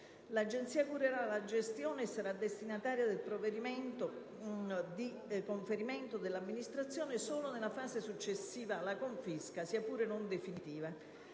L'Agenzia curerà la gestione e sarà destinataria del provvedimento di conferimento dell'amministrazione solo nella fase successiva alla confisca, sia pure non definitiva.